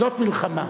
זאת מלחמה.